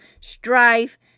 strife